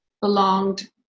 belonged